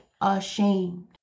ashamed